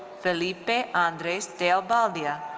felipe andres de obaldia.